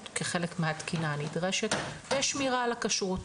כחלק מהתקינה הנדרשת ויש שמירה על הכשרות.